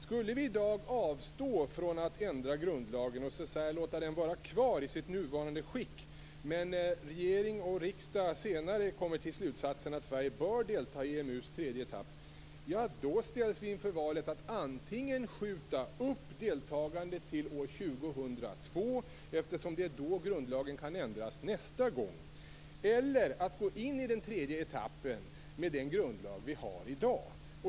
Skulle vi i dag avstå från att ändra grundlagen och låta den vara kvar i sitt nuvarande skick, men regering och riksdag senare kommer till slutsatsen att Sverige bör delta i EMU:s tredje etapp, då ställs vi inför valet att antingen skjuta upp deltagandet till år 2002, eftersom det är då som grundlagen kan ändras nästa gång, eller gå in i den tredje etappen med den grundlag som vi har i dag.